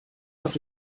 doch